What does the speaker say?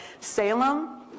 Salem